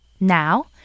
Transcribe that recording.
Now